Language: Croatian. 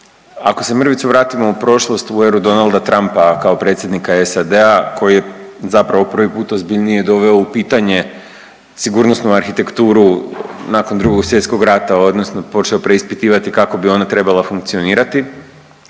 ako se mrvicu vratimo u prošlost u eru Donalda Trumpa kao predsjednika SAD-a koji je zapravo prvi put ozbiljnije doveo u pitanje sigurnosnu arhitekturu nakon Drugog svjetskog rata odnosno počeo preispitivati kako bi ona trebala funkcionirati,